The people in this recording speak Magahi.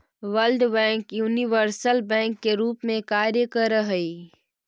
वर्ल्ड बैंक यूनिवर्सल बैंक के रूप में कार्य करऽ हइ